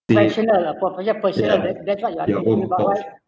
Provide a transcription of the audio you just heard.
professional ah pro~ yup person ah then that's why you are surpervised